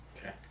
Okay